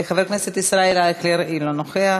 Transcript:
חבר הכנסת ישראל אייכלר, אינו נוכח.